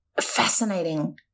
fascinating